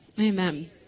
Amen